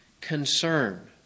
concern